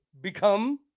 become